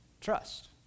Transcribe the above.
trust